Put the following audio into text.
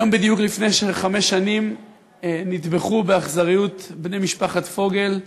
היום בדיוק לפני חמש שנים נטבחו באכזריות בני משפחת פוגל,